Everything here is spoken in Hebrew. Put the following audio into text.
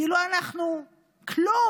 כאילו אנחנו כלום,